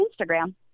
Instagram